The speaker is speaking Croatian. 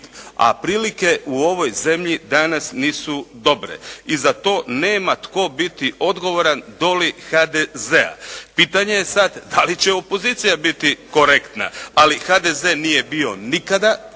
a prilike u ovoj zemlji danas nisu dobre i za to nema tko bito odgovoran do li HDZ-a. Pitanje je sad da li će opozicija biti korektna, ali HDZ nije bio nikada